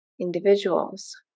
individuals